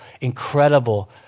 incredible